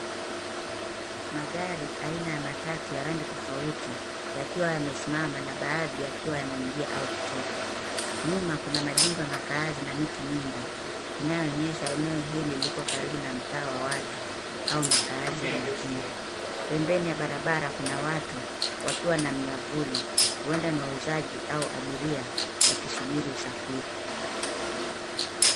Magari aina ya matatu ya rangi tofauti, yakiwa yamesimama na baadhi yakiwa yanaingia au kutoka. Nyuma, kuna majengo ya makaazi na miti mingi inayoonyesha eneo hili liko karibu na mtaa wa watu au makaazi ya mijini. Pembeni ya barabara, kuna watu wakiwa na miavuli. Huenda ni wauzaji au abiria wakisubiri usafiri.